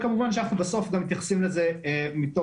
כמובן שאנחנו בסוף גם מתייחסים לזה מתוקף